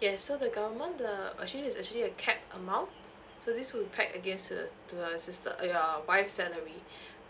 yes so the government the actually is actually a capped amount so this will be packed against uh to your sister uh your wife's salary